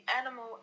animal